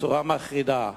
בצורה מחרידה.